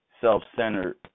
self-centered